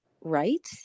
right